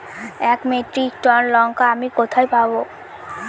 এক metric ton লঙ্কা আমি কোথায় পাবো?